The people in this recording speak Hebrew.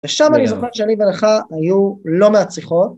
ושם אני זוכר שלי ולך היו לא מעט שיחות